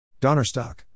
Donnerstock